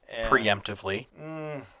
Preemptively